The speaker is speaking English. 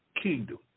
kingdom